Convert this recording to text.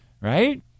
Right